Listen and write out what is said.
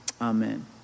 Amen